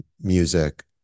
music